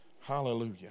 hallelujah